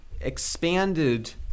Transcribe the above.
expanded